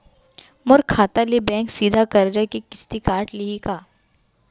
मोर खाता ले बैंक सीधा करजा के किस्ती काट लिही का?